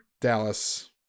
Dallas